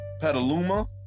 Petaluma